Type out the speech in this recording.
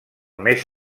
més